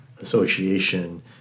association